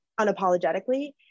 unapologetically